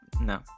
no